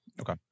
Okay